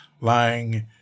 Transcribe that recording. lying